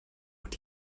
und